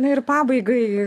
nu ir pabaigai